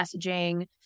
messaging